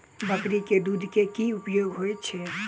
बकरी केँ दुध केँ की उपयोग होइ छै?